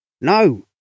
no